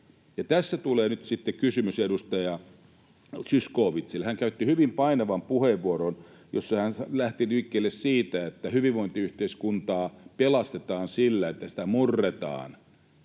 tässä tulee nyt sitten kysymys edustaja Zyskowiczille. Hän käytti hyvin painavan puheenvuoron, jossa hän lähti liikkeelle siitä, että hyvinvointiyhteiskuntaa pelastetaan sillä, että sitä murretaan,